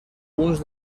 uns